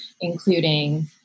including